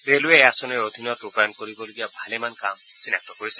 railway এই আঁচনিৰ আধীনত ৰূপায়ণ কৰিবলগীয়া ভালেমান কামৰ চিনাক্ত কৰিছে